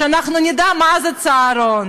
שאנחנו נדע מה זה צהרון,